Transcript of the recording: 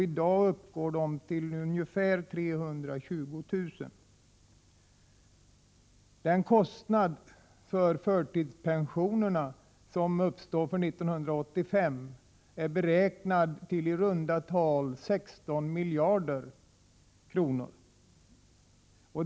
I dag uppgår de till ungefär 320 000, och kostnaderna för förtidspensionerna för 1985 är beräknad till i runda tal 16 miljarder kronor.